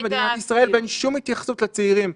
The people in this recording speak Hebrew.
מדינת ישראל ואין שום התייחסות לצעירים.